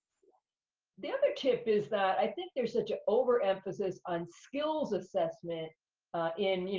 the other tip is that i think there's such an over-emphasis on skills assessment in, you